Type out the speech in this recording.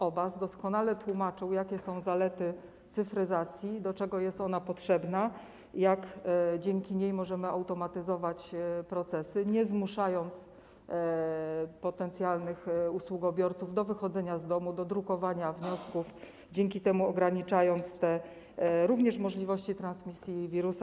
Obaz doskonale tłumaczył, jakie są zalety cyfryzacji, do czego jest ona potrzebna i jak dzięki niej możemy automatyzować procesy, nie zmuszając potencjalnych usługobiorców do wychodzenia z domu, do drukowania wniosków, dzięki temu ograniczając również możliwość transmisji wirusa.